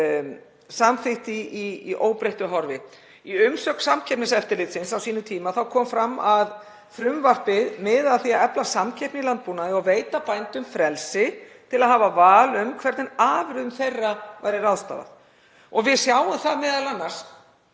samþykkt í óbreyttu horfi. Í umsögn Samkeppniseftirlitsins á sínum tíma kom fram að frumvarpið miði að því að efla samkeppni í landbúnaði og veita bændum frelsi til að hafa val um hvernig afurðum þeirra væri ráðstafað. Við sjáum það m.a. þegar